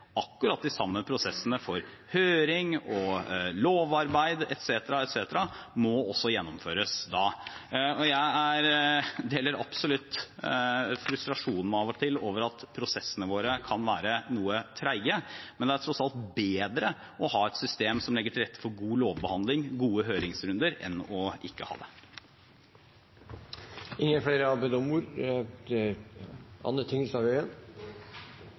Akkurat de samme prosessene for høring, lovarbeid etc. må også gjennomføres da. Jeg deler absolutt frustrasjonen av og til over at prosessene våre kan være noe trege, men det er tross alt bedre å ha et system som legger til rette for god lovbehandling og gode høringsrunder, enn å ikke ha det.